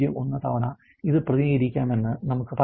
001 തവണ ഇത് പ്രതിനിധീകരിക്കാമെന്ന് നമുക്ക് പറയാം